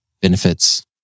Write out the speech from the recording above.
benefits